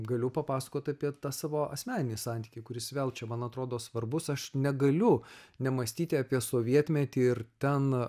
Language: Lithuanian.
galiu papasakot apie savo asmeninį santykį kuris vėl čia man atrodo svarbus aš negaliu nemąstyti apie sovietmetį ir ten